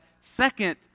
second